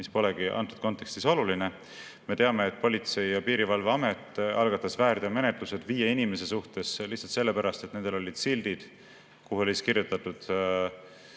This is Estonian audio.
see pole antud kontekstis oluline. Me teame, et Politsei- ja Piirivalveamet algatas väärteomenetluse viie inimese suhtes lihtsalt sellepärast, et nendel olid sildid, kuhu oli kirjutatud: